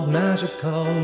magical